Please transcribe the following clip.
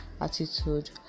attitude